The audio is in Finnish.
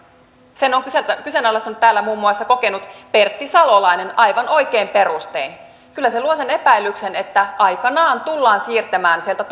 sen on kyseenalaistanut täällä muun muassa kokenut pertti salolainen aivan oikein perustein kyllä se luo sen epäilyksen että aikanaan tullaan siirtämään sieltä